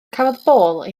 cafodd